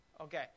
Okay